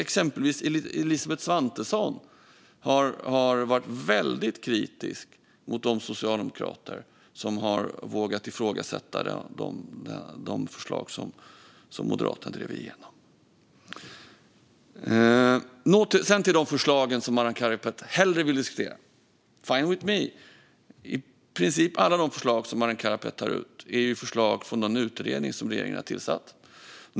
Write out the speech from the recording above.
Exempelvis Elisabeth Svantesson har varit väldigt kritisk mot de socialdemokrater som har vågat ifrågasätta de förslag som Moderaterna drev igenom. Så till de förslag som Arin Karapet hellre vill diskutera - fine with me! I princip alla de förslag som Arin Karapet tar upp är förslag från någon utredning som regeringen har tillsatt.